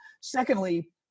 Secondly